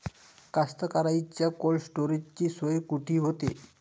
कास्तकाराइच्या कोल्ड स्टोरेजची सोय कुटी होते?